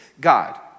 God